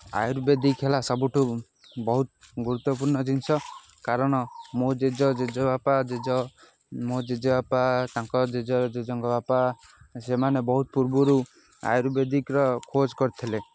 ଆୟୁର୍ବେଦିକ ହେଲା ସବୁଠୁ ବହୁତ ଗୁରୁତ୍ୱପୂର୍ଣ୍ଣ ଜିନିଷ କାରଣ ମୋ ଜେଜ ଜେଜେ ବାପା ଜେଜ ମୋ ଜେଜେ ବାପା ତାଙ୍କ ଜେଜ ଜେଜଙ୍କ ବାପା ସେମାନେ ବହୁତ ପୂର୍ବରୁ ଆୟୁର୍ବେଦିକର ଖୋଜ କରିଥିଲେ